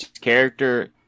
character